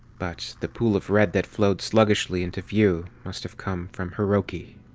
but the pool of red that flowed sluggishly into view must have come from hiroki.